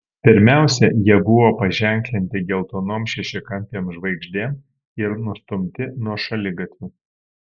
pirmiausia jie buvo paženklinti geltonom šešiakampėm žvaigždėm ir nustumti nuo šaligatvių